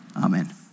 amen